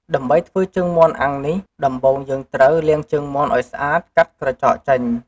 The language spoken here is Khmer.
ដើម្បីធ្វើជើងមាន់អាំងនេះ ដំបូងយើងត្រូវ លាងជើងមាន់ឱ្យស្អាត កាត់ក្រចកចេញ។